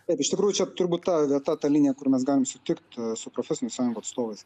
taip iš tikrųjų turbūt čia ta vieta ta linija kur mes galim sutikt a su profesinių sąjungų atstovais